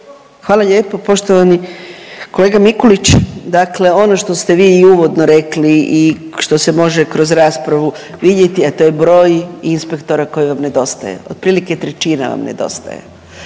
Hvala lijepo. Poštovani kolega Mikulić, dakle ono što ste vi i uvodno rekli i što se može kroz raspravu vidjeti, a to je broj inspektora koji vam nedostaje. Otprilike trećina vam nedostaje